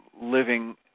living